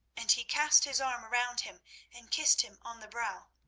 and he cast his arm round him and kissed him on the brow.